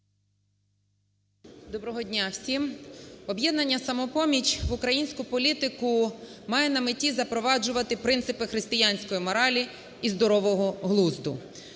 Доброго дня всі. "Об'єднання "Самопоміч" в українську політику має на меті запроваджувати принципи християнської моралі і здорового глузду.